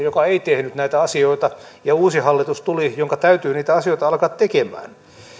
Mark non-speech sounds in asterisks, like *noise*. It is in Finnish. *unintelligible* joka ei tehnyt näitä asioita ja tuli uusi hallitus jonka täytyi niitä asioita alkaa tekemään